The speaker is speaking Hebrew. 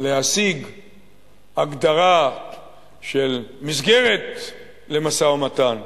להשיג הגדרה של מסגרת למשא-ומתן,